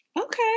Okay